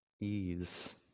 Ease